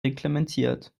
reglementiert